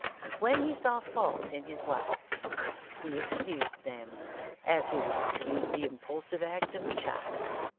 and when he saw faults in his wife he excused them as he would excuse the impulsive acts of a child.